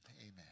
Amen